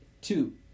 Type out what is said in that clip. two